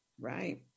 Right